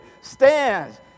stands